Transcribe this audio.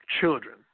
children